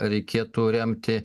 reikėtų remti